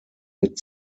mid